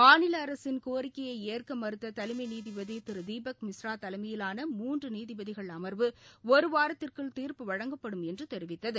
மாநில அரசின் கோரிக்கையை ஏற்க மறுத்த தலைமை நீதிபதி திரு தீபக் மிஸ்ரா தலைமையிலான மூன்று நீதிபதிகள் அம்வு ஒரு வாரத்திற்குள் தீர்ப்பு வழங்கப்படும் என்று தெரிவித்தது